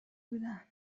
بودن